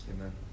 Amen